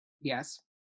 Yes